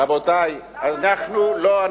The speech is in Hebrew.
למה אתם לא, רבותי, אנחנו לא.